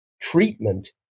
treatment